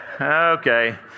Okay